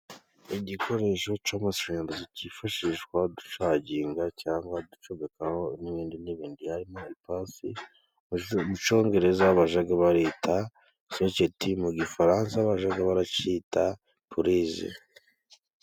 Igikoresho cy'amashanyarazi cyifashishwa ducaginga cyangwa duocmekaho n'ibindi n'ibindi, harimo ipasi, mu cyongereza bjya baracyita soketi, mu gifaransa bajya baracyita pulise.